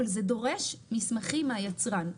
אבל זה דורש מסמכים מהיצרן.